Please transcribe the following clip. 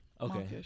okay